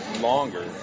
longer